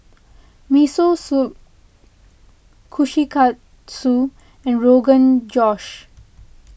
Miso Soup Kushikatsu and Rogan Josh